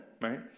right